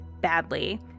badly